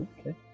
okay